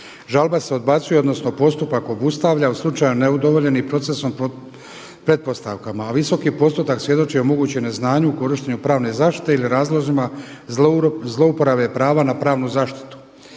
Žalba se odbacuje odnosno postupak obustavlja u slučaju ne udovoljenih procesom pretpostavkama, a visoki postotak svjedoči o mogućem neznanju u korištenju pravne zaštite ili razlozima zlouporabe prava na pravnu zaštitu.